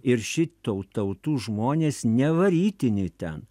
ir ši tau tautų žmonės ne varytiniai ten